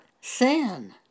sin